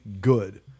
good